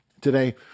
Today